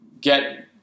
get